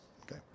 okay